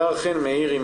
הם